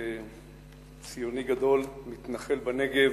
ציוני גדול, מתנחל בנגב,